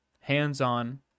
hands-on